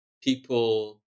people